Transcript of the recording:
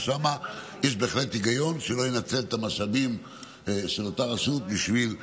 שם יש בהחלט היגיון שלא ינצל את המשאבים של אותה רשות בשביל להיבחר.